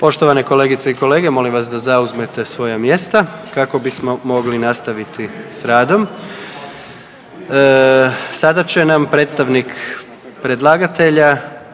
Poštovane kolegice i kolege, molim vas da zauzmete svoja mjesta kako bismo mogli nastaviti s radom. Sada će nam predstavnik predlagatelja